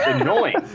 annoying